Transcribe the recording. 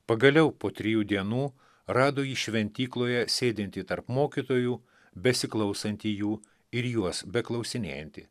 pagaliau po trijų dienų rado jį šventykloje sėdintį tarp mokytojų besiklausantį jų ir juos beklausinėjantį